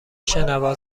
شنوا